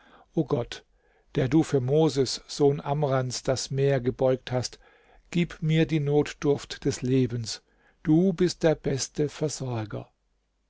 o gott der du für moses sohn amrans das meer gebeugt hast gib mir die notdurft des lebens du bist der beste versorger